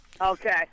Okay